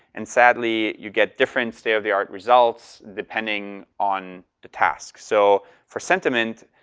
and sadly, you get different state of the art results depending on the tasks. so for sentiment,